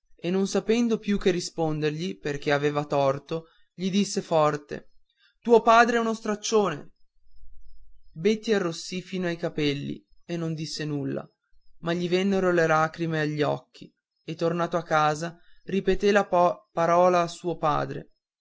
e non sapendo più che rispondergli perché aveva torto gli disse forte tuo padre è uno straccione betti arrossì fino ai capelli e non disse nulla ma gli vennero le lacrime agli occhi e tornato a casa ripeté la parola a suo padre